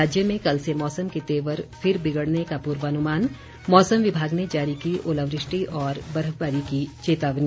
राज्य में कल से मौसम के तेवर फिर बिगड़ने का पूर्वानुमान मौसम विभाग ने जारी की ओलावृष्टि और बर्फबारी की चेतावनी